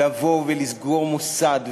לבוא ולסגור מוסד,